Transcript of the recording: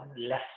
less